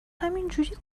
همینجوری